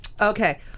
Okay